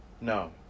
No